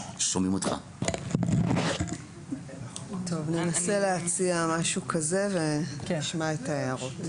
טוב, ננסה להציע משהו כזה ונשמע את ההערות.